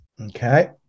Okay